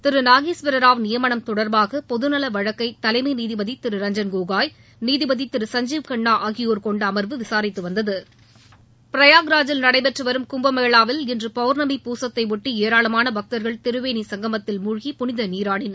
திரு நாகேஸ்வர ராவ் நியமனம் தொடர்பாக பொது நல வழக்கை தலைமை நீதிபதி திரு ரஞ்சன் கோகோய் நீதிபதி திரு சஞ்சீவ் கன்னா ஆகியோர் கொண்ட அமர்வு விசாரித்து வந்தது பிரியாக்ராஜ் ல் நடைபெற்று வரும் கும்ப பூசத்தையொட்டி ஏராளமான பக்தர்கள் திரிவேனி சுங்கமத்தில் மூழ்கி புனித நீராடினர்